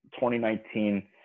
2019